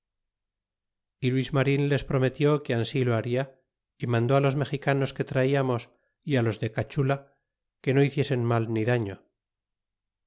y luis marin les prometió que ansi lo baria y mandó a los mexicanos que ajamos y á les de carabela que no hiciesen mal ni daño